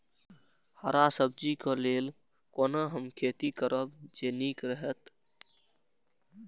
हरा सब्जी के लेल कोना हम खेती करब जे नीक रहैत?